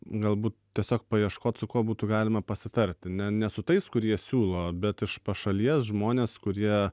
galbūt tiesiog paieškot su kuo būtų galima pasitarti ne ne su tais kurie siūlo bet iš pašalies žmonės kurie